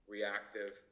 reactive